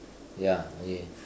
ya okay